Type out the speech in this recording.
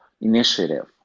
initiative